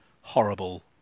horrible